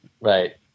right